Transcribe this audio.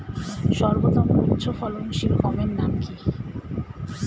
সর্বতম উচ্চ ফলনশীল গমের নাম কি?